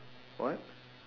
what